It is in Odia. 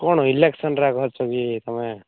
କ'ଣ ଇଲେକ୍ସନ୍ରା ଧରିଛ କି ତୁମେ